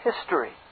history